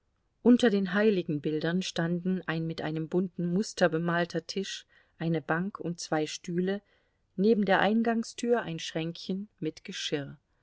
unter den heiligenbildern standen ein mit einem bunten muster bemalter tisch eine bank und zwei stühle neben der eingangstür ein schränkchen mit geschirr